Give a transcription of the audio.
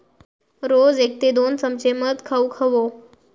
रोज एक ते दोन चमचे मध खाउक हवो